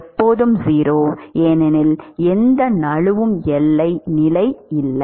எப்போதும் 0 ஏனெனில் எந்த நழுவும் எல்லை நிலை இல்லை